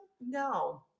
No